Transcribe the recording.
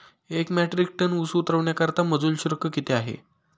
एक metric ton ऊस उतरवण्याकरता मजूर शुल्क किती आहे?